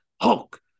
Hulk